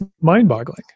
mind-boggling